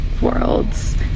worlds